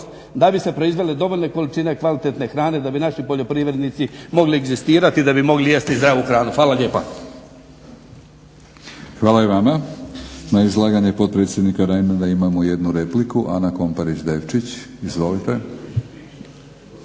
da bi se proizvele dovoljne količine kvalitetne hrane da bi naši poljoprivrednici mogli egzistirati, da bi mogli jesti zdravu hranu. Fala lijepa. **Batinić, Milorad (HNS)** Hvala i vama. Na izlaganje potpredsjednika Reinera imamo jednu repliku, Ana Komparić Devčić. Izvolite.